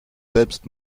selbst